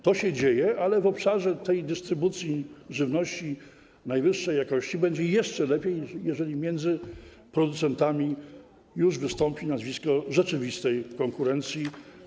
To się dzieje, ale w obszarze dystrybucji żywności najwyższej jakości będzie jeszcze lepiej, jeżeli między producentami już wystąpi zjawisko rzeczywistej konkurencji.